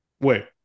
Wait